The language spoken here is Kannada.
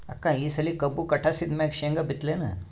ಅಕ್ಕ ಈ ಸಲಿ ಕಬ್ಬು ಕಟಾಸಿದ್ ಮ್ಯಾಗ, ಶೇಂಗಾ ಬಿತ್ತಲೇನು?